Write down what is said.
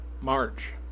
March